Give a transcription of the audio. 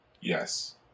Yes